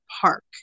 Park